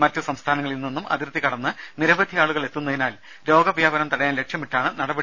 മറ്റ് സംസ്ഥാനങ്ങളിൽ നിന്നും അതിർത്തി കടന്ന് നിരവധി ആളുകൾ എത്തുന്നതിനാൽ രോഗവ്യാപനം തടയാൻ ലക്ഷ്യമിട്ടാണ് നടപടി